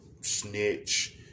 snitch